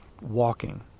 Walking